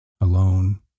alone